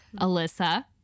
Alyssa